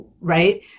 right